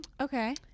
Okay